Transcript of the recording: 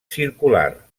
circular